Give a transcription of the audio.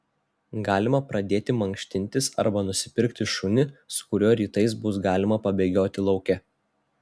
galima pradėti mankštintis arba nusipirkti šunį su kuriuo rytais bus galima pabėgioti lauke